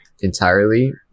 entirely